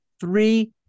three